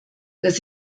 dass